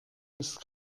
ist